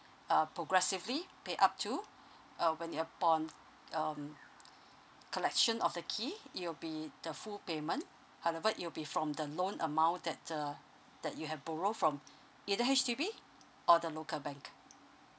uh progressively pay up to uh when it upon um collection of the key it'll be the full payment however it'll be from the loan amount that uh that you have borrow from either H_D_B or the local bank